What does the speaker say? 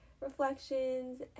reflections